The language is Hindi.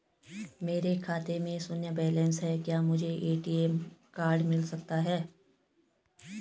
मेरे खाते में शून्य बैलेंस है क्या मुझे ए.टी.एम कार्ड मिल सकता है?